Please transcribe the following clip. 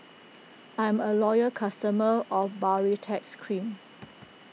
I'm a loyal customer of Baritex Cream